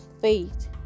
faith